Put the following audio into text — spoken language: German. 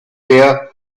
beer